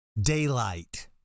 Daylight